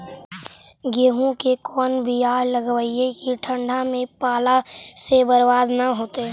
गेहूं के कोन बियाह लगइयै कि ठंडा में पाला से बरबाद न होतै?